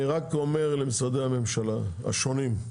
אני רק אומר למשרדי הממשלה השונים,